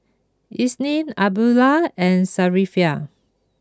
Isnin Abdullah and Safiya